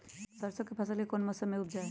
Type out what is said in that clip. सरसों की फसल कौन से मौसम में उपजाए?